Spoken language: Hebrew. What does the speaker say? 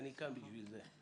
אני כאן בשביל זה.